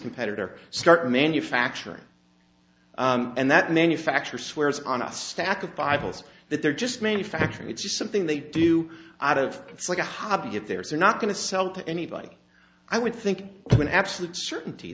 competitor start manufacturing and that manufacturer swears on a stack of bibles that they're just manufacturing it's something they do out of it's like a hobby if there are not going to sell to anybody i would think to an absolute certainty